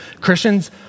Christians